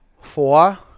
Four